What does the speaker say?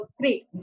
great